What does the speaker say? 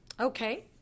Okay